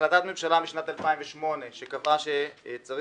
החלטת ממשלה משנת 2008 שקבעה שצריך